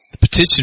petition